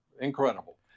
incredible